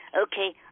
Okay